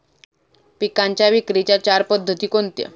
पिकांच्या विक्रीच्या चार पद्धती कोणत्या?